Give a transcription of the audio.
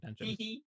attention